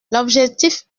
l’objectif